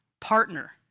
partner